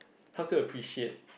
how to appreciate